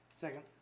Second